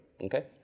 okay